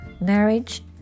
marriage